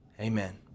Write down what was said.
amen